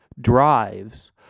drives